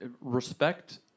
Respect